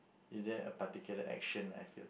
is there a particular action like if you